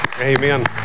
Amen